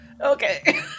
okay